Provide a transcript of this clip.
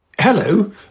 Hello